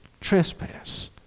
trespass